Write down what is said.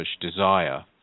desire